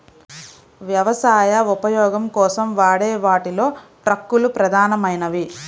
వ్యవసాయ ఉపయోగం కోసం వాడే వాటిలో ట్రక్కులు ప్రధానమైనవి